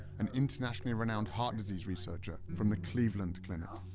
an internationally renowned heart disease researcher from the cleveland clinic.